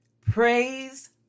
Praise